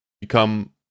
become